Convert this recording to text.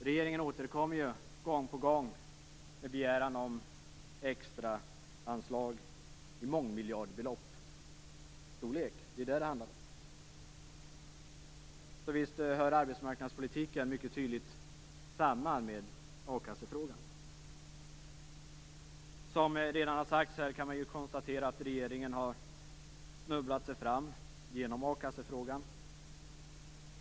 Regeringen återkommer gång på gång med begäran om extraanslag i mångmiljardstorlek. Så visst hör arbetsmarknadspolitiken mycket tydligt samman med a-kassefrågan. Som här redan har sagts kan konstateras att regeringen har snubblat sig fram genom a-kassefrågan.